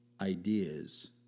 ideas